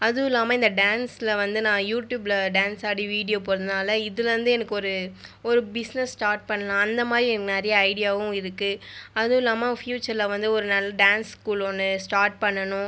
அதுவும் இல்லாமல் இந்த டான்ஸில் வந்து நான் யூட்யூபில் டான்ஸாடி வீடியோ போடறதுனால இதுலேருந்து எனக்கு ஒரு ஒரு பிஸ்னஸ் ஸ்டார்ட் பண்ணலாம் அந்த மாதிரி நிறைய ஐடியாவும் இருக்குது அதுவும் இல்லாமல் ஃப்யூச்சரில் வந்து ஒரு நல்ல டான்ஸ் ஸ்கூல் ஒன்று ஸ்டார்ட் பண்ணணும்